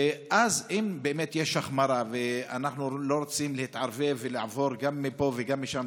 אז אם באמת יש החמרה ואנחנו לא רוצים להתערבב ולעבור גם מפה וגם משם,